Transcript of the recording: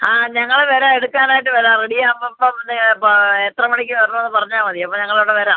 ആ ഞങ്ങൾ വരാം എടുക്കാനായിട്ട് വരാം റെഡി ആവുമ്പം അപ്പം എപ്പോൾ എത്ര മണിക്ക് വരണമെന്ന് പറഞ്ഞാൽ മതി അപ്പോൾ ഞങ്ങൾ അവിടെ വരാം